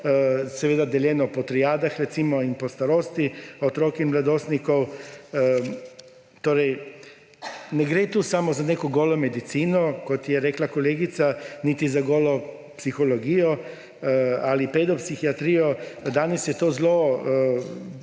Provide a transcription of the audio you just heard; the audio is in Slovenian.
seveda deljeno po triadah, recimo, in po starosti otrok in mladostnikov. Torej, ne gre tu samo za neko golo medicino, kot je rekla kolegica, niti za golo psihologijo ali pedopsihiatrijo. Danes je to zelo